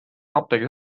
apteegis